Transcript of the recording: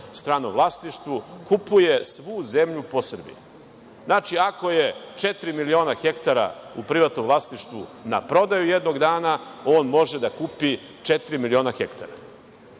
stranom vlasništvu, kupuje svu zemlju po Srbiji. Znači, ako je četiri miliona hektara u privatnom vlasništvu na prodaju jednog dana, on može da kupi četiri miliona hektara. Rekao